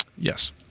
Yes